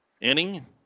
inning